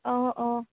অঁ অঁ